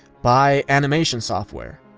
buy animation software.